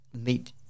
meet